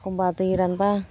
एखनबा दै रानबा